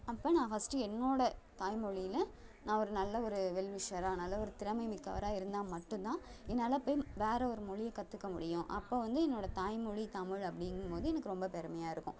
அப்போ நான் ஃபஸ்ட்டு என்னோடய தாய் மொழியில் நான் ஒரு நல்ல ஒரு வெல்விஷராக நல்ல ஒரு திறமைமிக்கவராக இருந்தால் மட்டும் தான் என்னால் போய் வேறு ஒரு மொழியை கற்றுக்க முடியும் அப்போ வந்து என்னோடய தாய் மொழி தமிழ் அப்படீங்கும் போது எனக்கு ரொம்ப பெருமையாக இருக்கும்